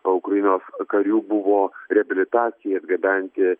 ukrainos karių buvo reabilitacijai atgabenti